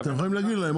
אתם יכולים להגיד להם,